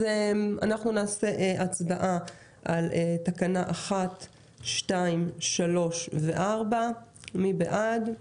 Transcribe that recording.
נעבור להצבעה על תקנות 1 4. מי בעד?